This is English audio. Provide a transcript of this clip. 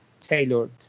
tailored